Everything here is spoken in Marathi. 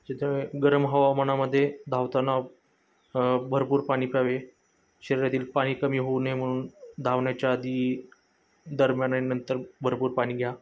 तिथे गरम हवामानामध्ये धावताना भरपूर पाणी प्यावे शरीरातील पाणी कमी होऊ नये म्हणून धावण्याच्या आधी दरम्याननंतर भरपूर पाणी घ्या